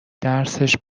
درسش